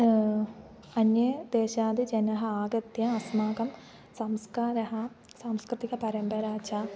अन्ये देशात् जनः आगत्य अस्माकं संस्कारः सांस्कृतिकपरम्परा च